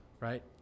Right